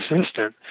assistant